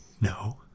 No